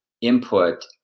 input